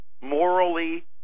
Morally